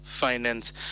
finance